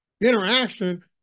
interaction